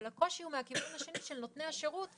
הקושי הוא מהכיוון השני של נותני השירות,